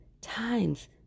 times